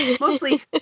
mostly